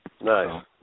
Nice